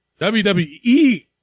WWE